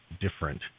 different